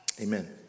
amen